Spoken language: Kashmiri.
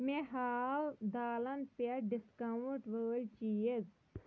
مےٚ ہاو دالن پٮ۪ٹھ ڈسکاونٛٹ وٲلۍ چیٖز